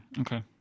Okay